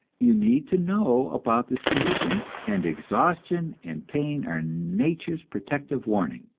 you need to know about this condition, and exhaustion and pain are nature's protective warning.